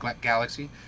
Galaxy